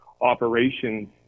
operations